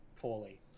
poorly